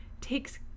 takes